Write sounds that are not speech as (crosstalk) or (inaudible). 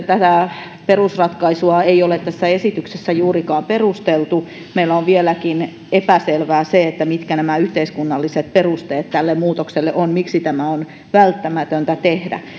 (unintelligible) tätä perusratkaisua ei ole tässä esityksessä juurikaan perusteltu ja meille on vieläkin epäselvää mitkä nämä yhteiskunnalliset perusteet tälle muutokselle ovat miksi tämä on välttämätöntä tehdä